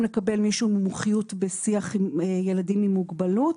לקבל מישהו עם מומחיות בשיח עם ילדים עם מוגבלות.